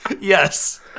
Yes